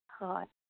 ꯍꯣꯏ